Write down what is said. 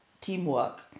teamwork